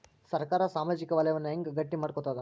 ಸರ್ಕಾರಾ ಸಾಮಾಜಿಕ ವಲಯನ್ನ ಹೆಂಗ್ ಗಟ್ಟಿ ಮಾಡ್ಕೋತದ?